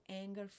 anger